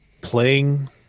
playing